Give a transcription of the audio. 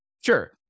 Sure